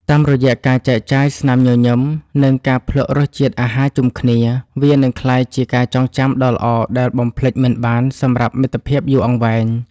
តាមរយៈការចែកចាយស្នាមញញឹម និងការភ្លក្សរសជាតិអាហារជុំគ្នា វានឹងក្លាយជាការចងចាំដ៏ល្អដែលបំភ្លេចមិនបានសម្រាប់មិត្តភាពយូរអង្វែង។